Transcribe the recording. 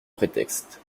prétexte